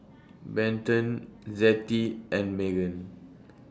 Benton Zettie and Meghan